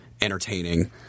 entertaining